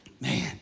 Man